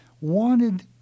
wanted